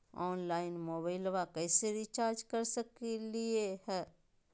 Online मोबाइलबा कैसे recharge कर सकलिए है?